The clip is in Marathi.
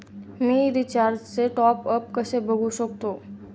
मी रिचार्जचे टॉपअप कसे बघू शकतो?